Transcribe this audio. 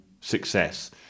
success